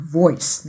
voice